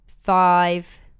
five